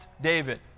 David